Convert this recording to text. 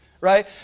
right